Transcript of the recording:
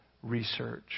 research